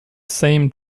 same